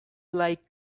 like